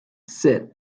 sit